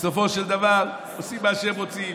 בסופו של דבר עושים מה שהם רוצים,